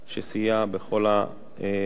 שסייע בכל התהליך